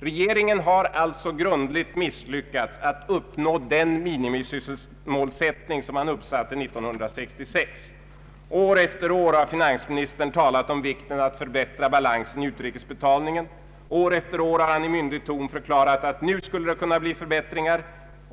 Regeringen har alltså grundligt misslyckats med att uppnå det minimimål som man uppsatte år 1966. År efter år har finansministern talat om vikten av att förbättra balansen i utrikesbetalningen, och år efter år har han i myndig ton förklarat att nu skulle det kunna bli förbättringar.